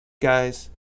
guys